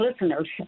listeners